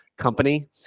company